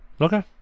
Okay